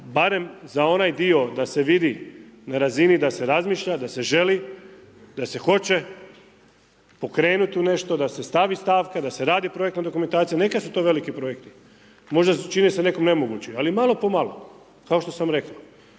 barem za onaj dio da se vidi na razini, da se razmišlja, da se želi, da se hoće pokrenut u nešto da se stavi stavka da se radi projektna dokumentacija. Neka su to veliki projekti, možda čine se nekom nemogući, ali malo po malo, kao što sam rekao.